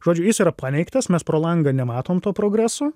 žodžiu jis yra paneigtas mes pro langą nematom to progreso